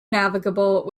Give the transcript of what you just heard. navigable